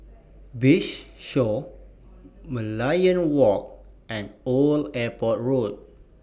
Bayshore Merlion Walk and Old Airport Road